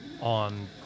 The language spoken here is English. on